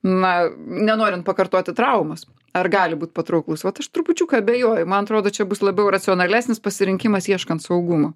na nenorint pakartoti traumos ar gali būt patrauklus vat aš trupučiuką abejoju man atrodo čia bus labiau racionalesnis pasirinkimas ieškant saugumo